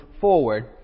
forward